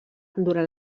durant